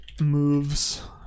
moves